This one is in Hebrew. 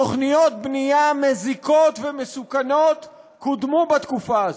תוכניות מזיקות ומסוכנות קודמו בתקופה הזאת,